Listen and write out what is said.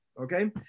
okay